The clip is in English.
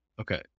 Okay